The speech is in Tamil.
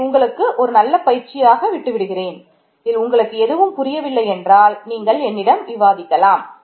இதை உங்களுக்கு ஒரு பயிற்சியாக விட்டுவிடுகிறேன் இதில் உங்களுக்கு ஏதாவது புரியவில்லை என்றால் நீங்கள் என்னிடம் விவாதிக்கலாம்